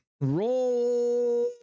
Roll